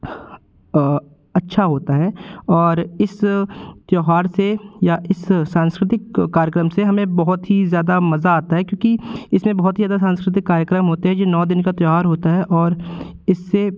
अच्छा होता है और इस त्योहार से इस सांस्कृतिक कार्यक्रम से हमें बहुत ही ज़्यादा मजा आता है क्योंकि इसमें बहुत ही ज़्यादा सांस्कृतिक कार्यक्रम होते हैं जो नौ दिन का त्योहार होता है और इससे